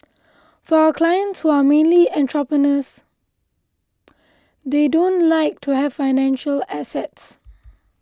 for our clients who are mainly entrepreneurs they don't just like to have financial assets